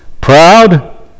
proud